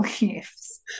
leaves